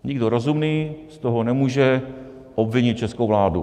Nikdo rozumný z toho nemůže obvinit českou vládu.